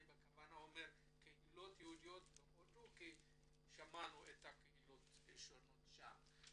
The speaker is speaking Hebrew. אני בכוונה אומר קהילות יהודיות בהודו כי שמענו את הקהילות השונות שם.